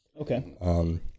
Okay